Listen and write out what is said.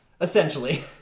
essentially